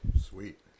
Sweet